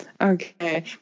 Okay